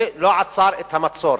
זה לא עצר את המצור.